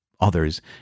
others